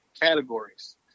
categories